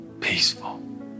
peaceful